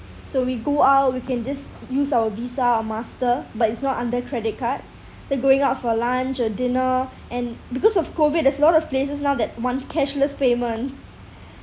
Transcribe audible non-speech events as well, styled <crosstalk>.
so we go out we can just use our Visa or master but it's not under credit card so going out for lunch or dinner and because of COVID there's a lot of places now that want cashless payments <breath>